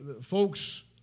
folks